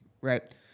right